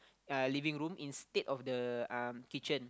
uh living room instead of um kitchen